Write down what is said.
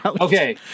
Okay